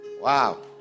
Wow